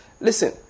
Listen